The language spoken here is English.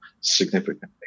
significantly